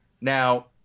now